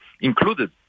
included